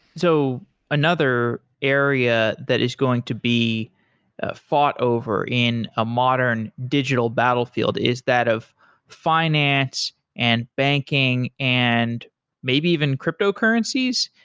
so another area that is going to be ah fought over in a modern digital battlefield, is that of finance and banking, and maybe even cryptocurrencies?